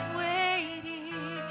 waiting